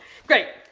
great.